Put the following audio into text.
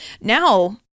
Now